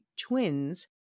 twins